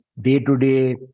day-to-day